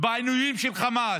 בעינויים של חמאס,